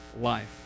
life